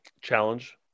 challenge